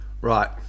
Right